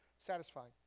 satisfying